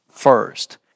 First